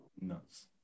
Nuts